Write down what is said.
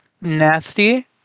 nasty